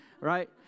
right